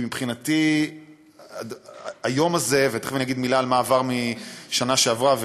כי מבחינתי היום הזה ותכף אני אגיד מילה על המעבר משנה שעברה,